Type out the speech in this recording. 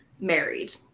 married